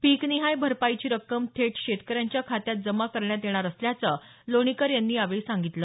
पीकनिहाय भरपाईची रक्कम थेट शेतकऱ्यांच्या खात्यात जमा करण्यात येणार असल्याचं लोणीकर यांनी यावेळी सांगितलं